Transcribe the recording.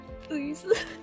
Please